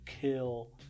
Kill